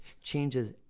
changes